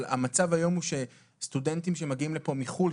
אבל המצב היום הוא שסטודנטים שמגיעים לפה מחו"ל,